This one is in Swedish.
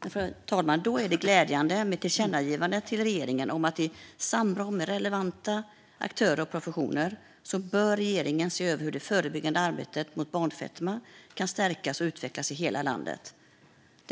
Fru talman! Det är därför glädjande med ett tillkännagivande till regeringen om att den i samråd med relevanta aktörer och professioner bör se över hur det förebyggande arbetet mot barnfetma kan stärkas och utvecklas i hela landet.